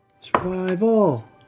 Survival